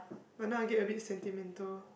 but now I get a bit sentimental